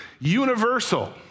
universal